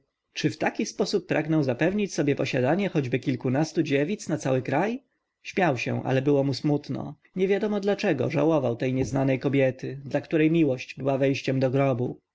czy w ten sposób pragną zapewnić sobie posiadanie choćby kilkunastu dziewic na cały kraj śmiał się ale było mu smutno niewiadomo dlaczego żałował tej nieznanej kobiety dla której miłość była wejściem do grobu